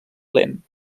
lent